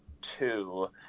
two